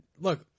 Look